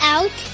Out